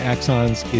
Axons